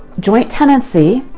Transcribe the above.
joint tenancy,